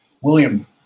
William